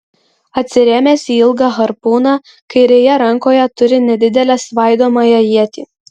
atsirėmęs į ilgą harpūną kairėje rankoje turi nedidelę svaidomąją ietį